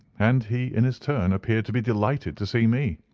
and he, in his turn, appeared to be delighted to see me.